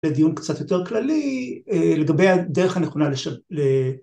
לדיון קצת יותר כללי לגבי הדרך הנכונה